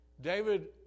David